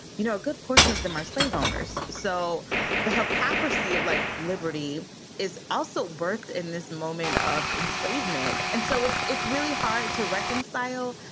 you know, a good portion of them are slave owners. so the hypocrisy of, like liberty is also birthed in this moment of enslavement. and so it's it's really hard to reconcile.